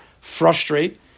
frustrate